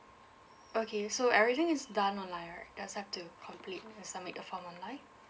okay so everything is done online right just have to complete uh submit the form online